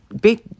big